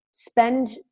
spend